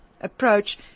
approach